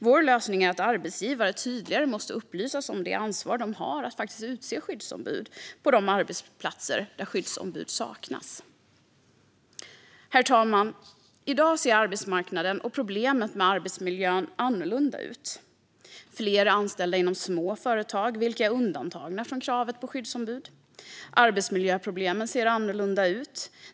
Vår lösning är att arbetsgivare tydligare måste upplysas om det ansvar som de har att faktiskt utse skyddsombud på de arbetsplatser där skyddsombud saknas. Herr talman! I dag ser arbetsmarknaden och problemen med arbetsmiljön annorlunda ut. Fler är anställda inom små företag, vilka är undantagna från kravet på skyddsombud. Arbetsmiljöproblemen ser annorlunda ut.